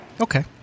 Okay